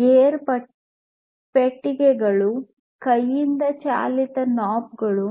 gear ಪೆಟ್ಟಿಗೆಗಳು ಕೈಯಿಂದ ಚಾಲಿತ ನಾಬ್ ಗಳು